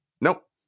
Nope